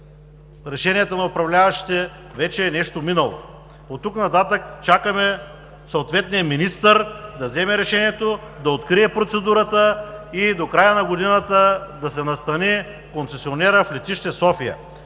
решението на управляващите вече е нещо минало. Оттук нататък чакаме съответният министър да вземе решението да открие процедурата и до края на годината да се настани концесионерът в Летище София.